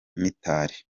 mitali